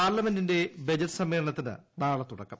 പാർലമെന്റിന്റെ ബജറ്റ് സമ്മേളനത്തിന് നാളെ തുടക്കം